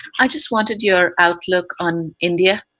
i just wanted your outlook on india.